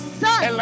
son